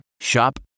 Shop